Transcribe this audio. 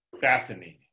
Fascinating